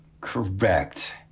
correct